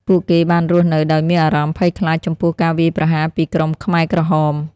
ពួកគេបានរស់នៅដោយមានអារម្មណ៍ភ័យខ្លាចចំពោះការវាយប្រហារពីក្រុមខ្មែរក្រហម។